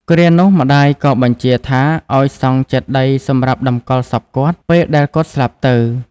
គ្រានោះ ម្តាយក៏បញ្ជាថាឱ្យសង់ចេតិយសម្រាប់តម្កល់សពគាត់ ពេលដែលគាត់ស្លាប់ទៅ